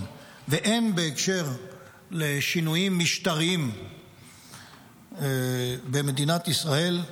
והן בקשר לשינויים משטריים במדינת ישראל,